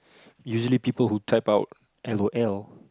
usually people who type out L O L